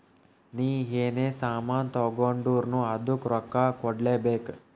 ನೀ ಎನೇ ಸಾಮಾನ್ ತಗೊಂಡುರ್ನೂ ಅದ್ದುಕ್ ರೊಕ್ಕಾ ಕೂಡ್ಲೇ ಬೇಕ್